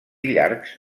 llargs